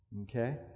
Okay